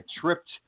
tripped